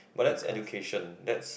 but that's education that's